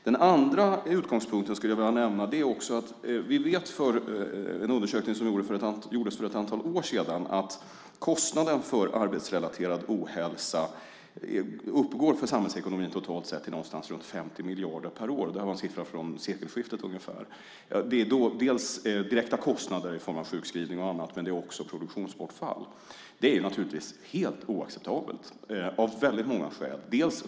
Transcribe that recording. Den andra utgångspunkten är att vi vet från en undersökning som gjordes för ett antal år sedan att kostnaden för arbetsrelaterad ohälsa uppgår för samhällsekonomin totalt sett till någonstans runt 50 miljarder per år. Detta är en siffra ungefär från sekelskiftet. Det är direkta kostnader för sjukskrivning och annat men också produktionsbortfall. Det är naturligtvis helt oacceptabelt av väldigt många skäl.